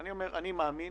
אני מאמין